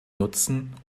nutzen